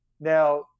Now